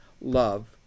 love